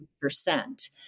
percent